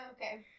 okay